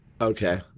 Okay